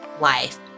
life